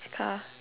car